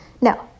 No